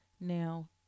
Now